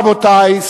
רבותי,